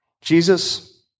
Jesus